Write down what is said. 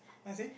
I see